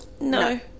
no